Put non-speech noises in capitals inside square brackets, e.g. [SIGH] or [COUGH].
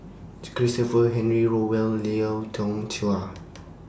Christopher Henry Rothwell Lau Teng Chuan [NOISE]